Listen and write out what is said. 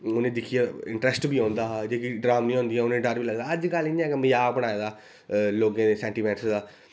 उ'नेंगी दिक्खियै इंटरैस्ट बी औंदा हा जेह्की डरावनी होंदियां उ'नें डर बी लगदा अज्जकल इ'यां गै मजाक बनाए दा लोगें दे सैंटिमैंन्टस दा